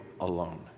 alone